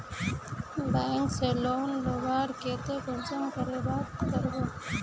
Bank से loan लुबार केते कुंसम करे बात करबो?